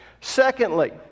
Secondly